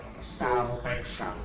salvation